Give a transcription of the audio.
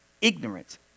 ignorance